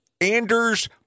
Anders